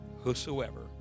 whosoever